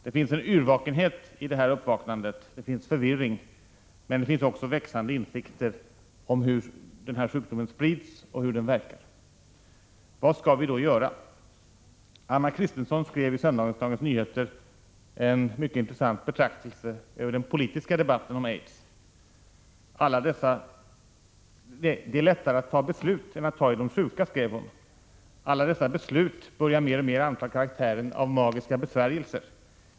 Det finns en yrvakenhet i detta uppvaknande, det finns förvirring, men det finns också växande insikter om hur den här = Prot. 1986/87:109 sjukdomen sprids och hur den verkar. 23 april 1987 Vad skall vi då göra? Anna Christensen skrev i söndagens Dagens Nyheter en mycket intressant betraktelse över den politiska debatten om aids. Det är lättare att ta beslut än att ta i de sjuka, skrev hon. ”Alla dessa beslut börjar mer och mer anta karaktären av magiska besvärjelser.